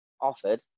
Offered